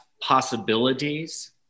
possibilities